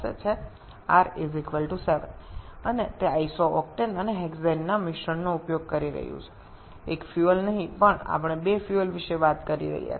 সুতরাং আমাদের আছে r 7 এবং এটি আইসোকেটেন এবং হেক্সেনের মিশ্রণটি ব্যবহার করছে একটি জ্বালানী নয় বরং আমরা দুটি জ্বালানীর সম্পর্কে কথা বলছি